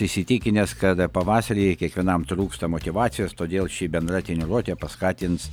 įsitikinęs kad pavasarį kiekvienam trūksta motyvacijos todėl ši bendra treniruotė paskatins